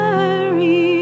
Mary